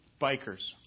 bikers